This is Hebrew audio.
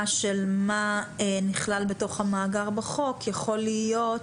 של מה נכלל בתוך המאגר בחוק יכול להיות,